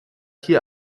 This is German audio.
hier